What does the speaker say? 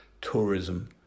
tourism